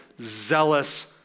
zealous